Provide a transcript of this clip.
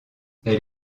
elle